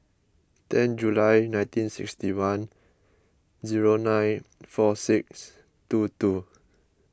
ten July nineteen sixty one zero nine four six two two